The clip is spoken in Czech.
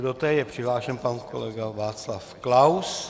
Do té je přihlášen pan kolega Václav Klaus.